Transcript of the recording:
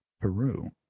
Peru